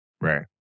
Right